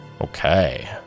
Okay